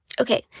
Okay